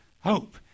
hope